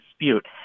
dispute